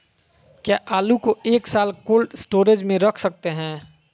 क्या आलू को एक साल कोल्ड स्टोरेज में रख सकते हैं?